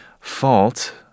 fault